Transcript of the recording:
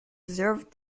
deserved